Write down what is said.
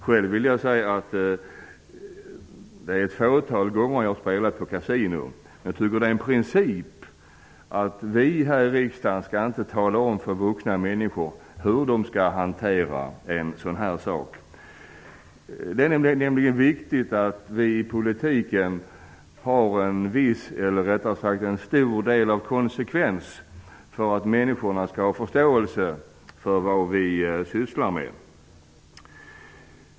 Det är ett fåtal gånger jag själv spelat på kasino, men jag tycker det är en princip att vi här i riksdagen inte skall tala om för vuxna människor hur de skall hantera en sådan sak. Det är nämligen viktigt att vi i politiken visar stor konsekvens om vi vill att människor skall ha förståelse för vad vi sysslar med.